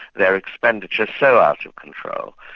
their expenditure so out of control,